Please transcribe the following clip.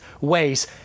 ways